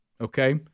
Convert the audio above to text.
Okay